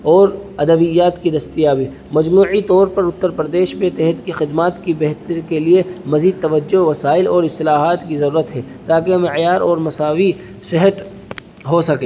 اورادویات کی دستیابی مجموعی طور پر اترپردیش میں صحت کی خدمات کی بہتری کے لیے مزید توجہ وسائل اور اصلاحات کی ضرورت ہے تاکہ معیار اور مساوی صحت ہوسکے